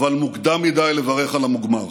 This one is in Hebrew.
אבל מוקדם מדי לברך על המוגמר.